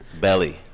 Belly